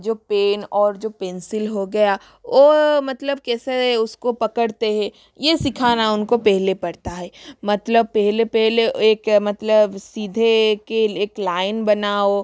जो पेन और जो पेंसिल हो गया वह मतलब कैसे उसको पकड़ते हैं यह सिखाना उनको पहले पड़ता है मतलब पहले पहले एक मतलब सीधे की एक लाइन बनाओ